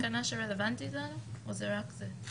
תקנה שרלבנטית לנו או זה רק זה?